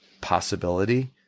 possibility